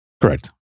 Correct